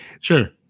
Sure